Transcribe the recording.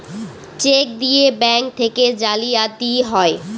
check দিয়ে bank থেকে জালিয়াতি হয়